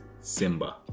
Simba